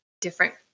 different